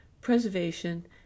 preservation